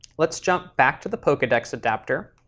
let's jump back to the pokedex adapter.